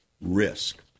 risk